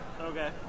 okay